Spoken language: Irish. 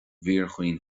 bhfíorchaoin